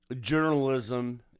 journalism